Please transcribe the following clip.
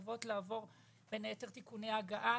התקנות חייבות לעבור בין היתר תיקוני הגהה,